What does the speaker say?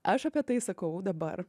aš apie tai sakau dabar